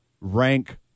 rank